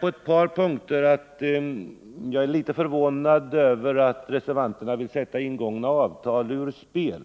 På ett par punkter är jag dock litet förvånad över att reservanterna vill sätta ingångna avtal ur spel.